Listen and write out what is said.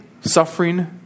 suffering